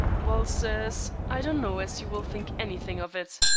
well, sirs, i don't know as you will think any thing of it,